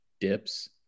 dips